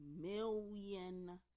million